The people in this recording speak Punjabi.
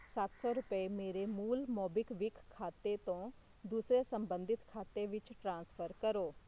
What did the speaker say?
ਸੱਤ ਸੌ ਰੁਪਏ ਮੇਰੇ ਮੂਲ ਮੋਬੀਕਵਿਕ ਖਾਤੇ ਤੋਂ ਦੂਸਰੇ ਸੰਬੰਧਿਤ ਖਾਤੇ ਵਿੱਚ ਟ੍ਰਾਂਸਫਰ ਕਰੋ